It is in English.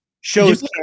shows